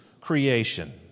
creation